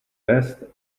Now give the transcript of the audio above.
test